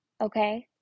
okay